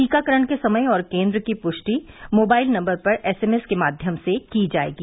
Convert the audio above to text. टीकाकरण के समय और केंद्र की पुष्टि मोबाइल नम्बर पर एस एम एस के माध्यम से की जायेगी